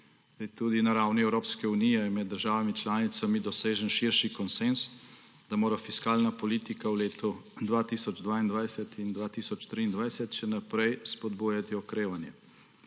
Tudi na ravni Evropske unije je med državami članicami dosežen širši konsenz, da mora fiskalna politika v letih 2022 in 2023 še naprej spodbujati okrevanje.